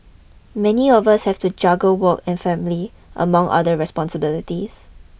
many of us have to juggle work and family among other responsibilities